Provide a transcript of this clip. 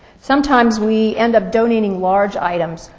sometimes we end up donating large items.